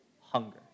hunger